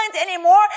anymore